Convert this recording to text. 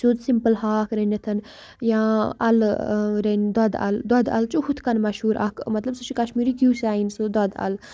سیٚود سِمپٕل ہاکھ رٔنِتھ یا اَلہٕ رٔنۍ دۄدٕ اَلہٕ دۄدٕ اَلہٕ چھِ ہُتھ کٔنۍ مشہوٗر اَکھ مطلب سُہ چھِ کَشمیٖرِک کیوزیِن سُہ دۄدٕ اَلہٕ